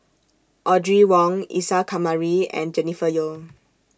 Audrey Wong Isa Kamari and Jennifer Yeo